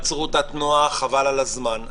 עצרו את התנועה חבל על הזמן.